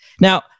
Now